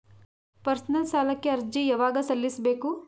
Personal ಸಾಲಕ್ಕೆ ಅರ್ಜಿ ಯವಾಗ ಸಲ್ಲಿಸಬೇಕು?